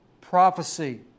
prophecy